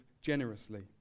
generously